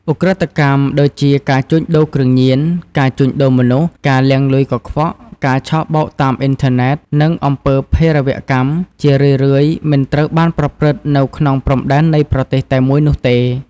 ឧក្រិដ្ឋកម្មដូចជាការជួញដូរគ្រឿងញៀន ការជួញដូរមនុស្ស ការលាងលុយកខ្វក់ ការឆបោកតាមអ៊ីនធឺណិត និងអំពើភេរវកម្ម ជារឿយៗមិនត្រូវបានប្រព្រឹត្តនៅក្នុងព្រំដែននៃប្រទេសតែមួយនោះទេ។